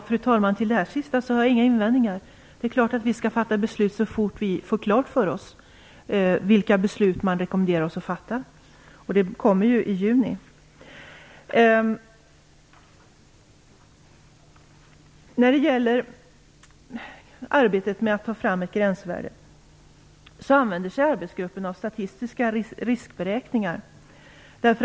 Fru talman! Mot det sista har jag inga invändningar. Det är klart att vi skall fatta beslut så fort vi får klart för oss vilka beslut man rekommenderar oss att fatta. Det kommer att ske i juni. När det gäller arbetet med att ta fram ett gränsvärde använder sig arbetsgruppen av statistiska riskberäkningar.